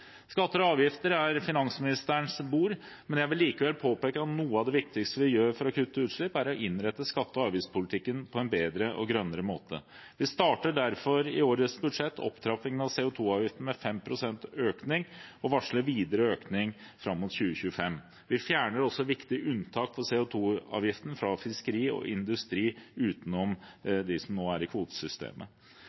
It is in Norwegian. Skatter og avgifter er finansministerens bord, men jeg vil likevel påpeke at noe av det viktigste vi gjør for å kutte utslipp, er å innrette skatte- og avgiftspolitikken på en bedre og grønnere måte. Vi starter derfor i årets budsjett opptrappingen av CO 2 -avgiften med 5 pst. økning og varsler videre økning fram mot 2025. Vi fjerner også viktige unntak for CO 2 -avgiften for fiskeri og industri utenom de som nå er i kvotesystemet.